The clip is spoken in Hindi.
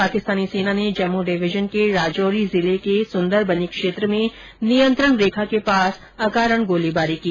पाकिस्तानी सेना ने जम्मू डिवीजन के राजौरी जिले के सुन्दरबनी क्षेत्र में नियंत्रण रेखा के निकट अकारण गोलीबारी की